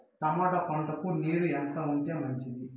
Tomato పంటకు నీరు ఎంత ఉంటే మంచిది?